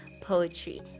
poetry